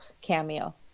cameo